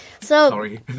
Sorry